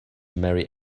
marry